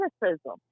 criticism